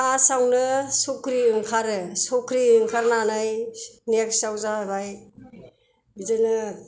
फार्स्टावनो सख्रि ओंखारो सख्रि ओंखारनानै नेक्साव जाबाय बिदिनो